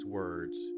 words